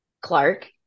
Clark